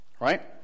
Right